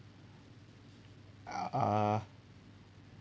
uh